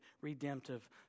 redemptive